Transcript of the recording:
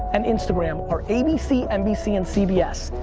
and instagram are abc, nbc, and cbs,